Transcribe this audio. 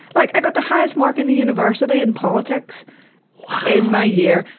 like i got the highest mark in the university in politics in my year,